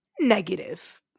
negative